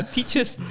Teacher's